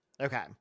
Okay